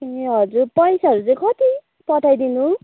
ए हजुर पैसाहरू चाहिँ कति पठाइदिनु